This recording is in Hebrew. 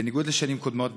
בניגוד לשנים קודמות,